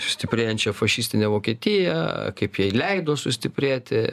stiprėjančią fašistinę vokietiją kaip jai leido sustiprėti